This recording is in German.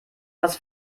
was